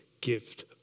gift